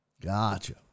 Gotcha